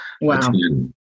Wow